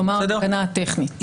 כלומר, הגנה טכנית.